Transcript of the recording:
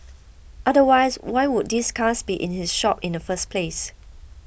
otherwise why would these cars be in his shop in the first place